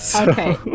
okay